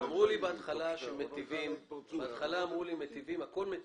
בהתחלה אמרו שהכול מיטיב,